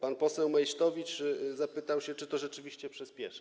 Pan poseł Meysztowicz zapytał, czy to rzeczywiście przyspieszy.